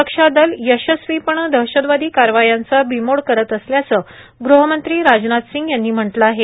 सुरक्षा दल यशस्वीपणे दहशतवादी कारवायांचा बिमोड करत असल्याचं गुहमंत्री राजनाथ सिंग यांनी म्हटलं आहे